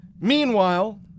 Meanwhile